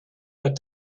but